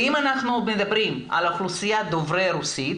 אם אנחנו מדברים על אוכלוסיית דוברי הרוסית,